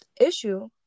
issue